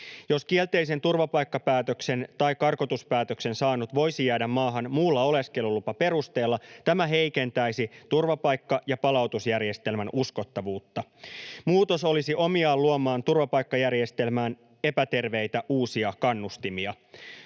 Jos kielteisen turvapaikkapäätöksen tai karkotuspäätöksen saanut voisi jäädä maahan muulla oleskelulupaperusteella, tämä heikentäisi turvapaikka- ja palautusjärjestelmän uskottavuutta. Muutos olisi omiaan luomaan turvapaikkajärjestelmään epäterveitä uusia kannustimia.